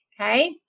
okay